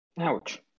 Ouch